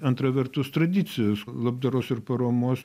antra vertus tradicinijos labdaros ir paramos